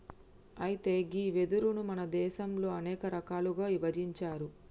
అయితే గీ వెదురును మన దేసంలో అనేక రకాలుగా ఇభజించారు